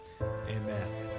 Amen